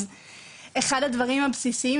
אז אחד הדברים הבסיסיים,